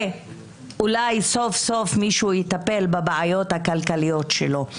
ואולי סוף-סוף מישהו יטפל בבעיות הכלכליות שלו.